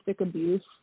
abuse